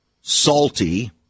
salty